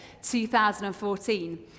2014